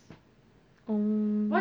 oh